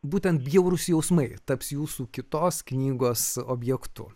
būtent bjaurūs jausmai taps jūsų kitos knygos objektu